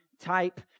type